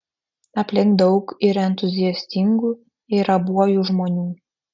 aplink daug ir entuziastingų ir abuojų žmonių